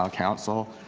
um council.